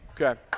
Okay